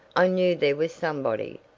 i knew there was somebody,